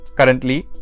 Currently